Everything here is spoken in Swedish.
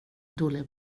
dåliga